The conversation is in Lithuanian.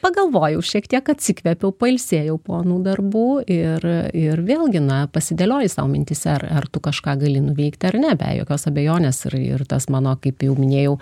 pagalvojau šiek tiek atsikvėpiau pailsėjau po anų darbų ir ir vėlgi na pasidėlioji sau mintyse ar ar tu kažką gali nuveikti ar ne be jokios abejonės ir ir tas mano kaip jau minėjau